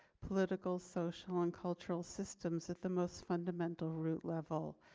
political, social and cultural systems at the most fundamental root level.